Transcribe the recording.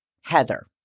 Heather